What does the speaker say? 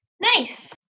Nice